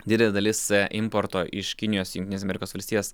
didelė dalis importo iš kinijos į jungtines amerikos valstijas